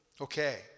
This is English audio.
Okay